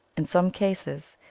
in some cases,